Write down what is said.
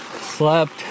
Slept